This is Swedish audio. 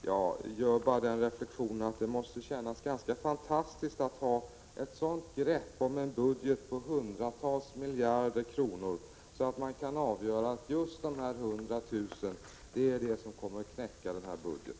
Jag gör den reflexionen att det måste kännas ganska fantastiskt att ha ett sådant grepp om en budget på hundratals miljarder kronor att man kan avgöra att just dessa hundratusen kommer att knäcka denna budget.